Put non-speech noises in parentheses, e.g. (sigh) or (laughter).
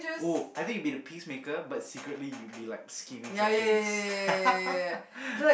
oh I think you be the peacemaker but secretly you be like scheming some things (laughs)